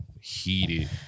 heated